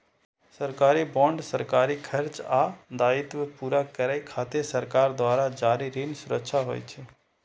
सरकारी बांड सरकारी खर्च आ दायित्व पूरा करै खातिर सरकार द्वारा जारी ऋण सुरक्षा होइ छै